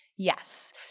Yes